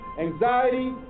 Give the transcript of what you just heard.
anxiety